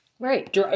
Right